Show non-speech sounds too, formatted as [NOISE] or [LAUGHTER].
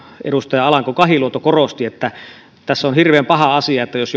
edustaja alanko kahiluoto korosti ja että tässä on hirveän paha asia jos [UNINTELLIGIBLE]